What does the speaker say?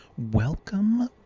Welcome